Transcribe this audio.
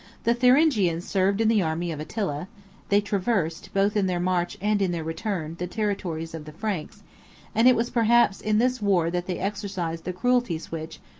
the thuringians served in the army of attila they traversed, both in their march and in their return, the territories of the franks and it was perhaps in this war that they exercised the cruelties which,